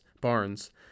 barns